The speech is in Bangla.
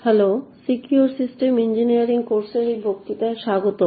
হ্যালো সিকিউর সিস্টেম ইঞ্জিনিয়ারিং কোর্সের এই বক্তৃতায় স্বাগতম